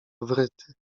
wryty